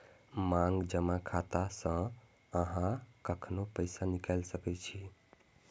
मांग जमा खाता सं अहां कखनो पैसा निकालि सकै छी